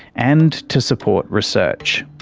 and to support research.